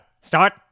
Start